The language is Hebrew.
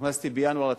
נכנסתי בינואר לתפקיד,